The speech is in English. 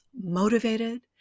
motivated